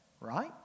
right